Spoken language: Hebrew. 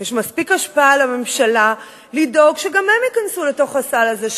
יש מספיק השפעה על הממשלה לדאוג שגם הם ייכנסו לתוך הסל הזה.